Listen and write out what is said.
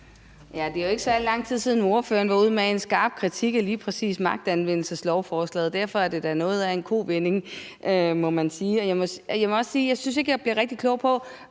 det er jo ikke særlig lang tid siden, ordføreren var ude med en skarp kritik af lige præcis magtanvendelseslovforslaget. Derfor er det da noget af en kovending, må man sige, og jeg må også sige, at jeg ikke rigtig synes, jeg kan blive klog på,